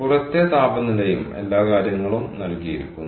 പുറത്തെ താപനിലയും എല്ലാ കാര്യങ്ങളും നൽകിയിരിക്കുന്നു